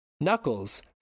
Knuckles